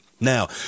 Now